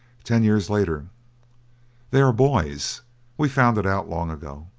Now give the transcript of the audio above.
ten years later they are boys we found it out long ago.